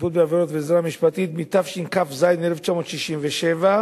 שיפוט בעבירות ועזרה משפטית), התשכ"ז 1967,